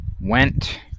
went